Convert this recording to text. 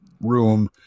room